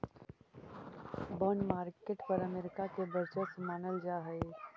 bond market पर America के वर्चस्व मानल जा हइ